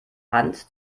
hand